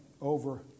over